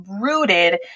rooted